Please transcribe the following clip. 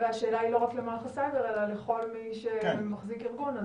השאלה היא לא רק למערך הסייבר אלא לכל מי שמחזיק ארגון.